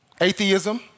Atheism